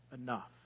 enough